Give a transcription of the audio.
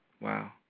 Wow